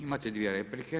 Imate dvije replike.